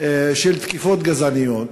של תקיפות גזעניות,